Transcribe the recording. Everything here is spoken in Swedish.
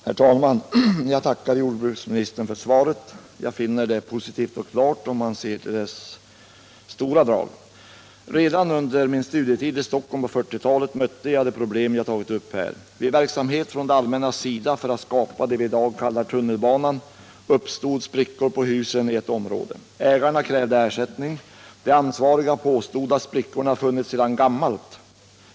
Herr talman! Jag tackar jordbruksministern för svaret. Jag finner det positivt och klart om man ser till dess stora drag. Redan under min studietid i Stockholm på 1940-talet mötte jag de problem som jag tagit upp i interpellationen. Vid sprängningar etc. för att skapa det vi i dag kallar tunnelbanan uppstod sprickor på husen i ett område. Ägarna krävde ersättning. De ansvariga påstod att sprickorna funnits sedan gammalt.